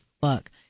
fuck